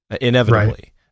inevitably